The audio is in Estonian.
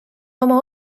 oma